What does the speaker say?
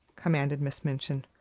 commanded miss minchin,